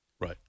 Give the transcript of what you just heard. Right